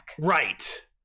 Right